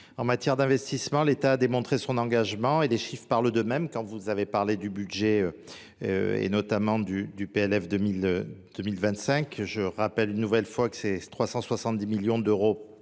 matière d'investissement, l'État a démontré son engagement et les chiffres parlent d'eux-mêmes. Quand vous avez parlé du budget et notamment du PLF 2020, 2025 je rappelle une nouvelle fois que c'est 370 millions d'euros